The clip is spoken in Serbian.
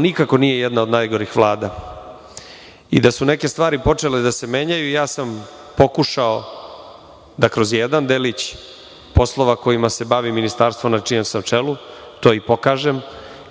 nikako nije jedna od najgorih Vlada i da su neke stvari počele da se menjaju, pokušao sam da kroz jedan delić poslova kojima se bavi Ministarstvo na čijem sam čelu to i pokažem.